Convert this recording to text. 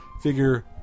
figure